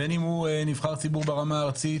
בין אם הוא נבחר ציבור ברמה הארצית